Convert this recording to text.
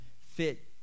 fit